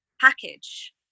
package